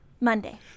Monday